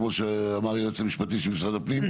כמו שאמר היועץ המשפטי של משרד הפנים,